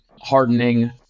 hardening